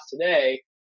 today